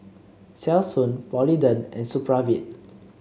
Selsun Polident and Supravit